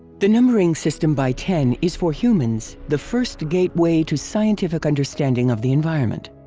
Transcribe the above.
the numbering system by ten is for humans, the first gateway to scientific understanding of the environment.